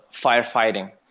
firefighting